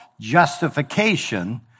justification